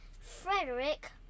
Frederick